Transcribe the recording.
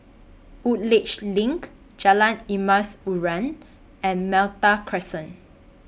Woodleigh LINK Jalan Emas Urai and Malta Crescent